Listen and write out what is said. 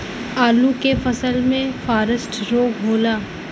आलू के फसल मे फारेस्ट रोग होला?